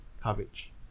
coverage